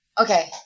Okay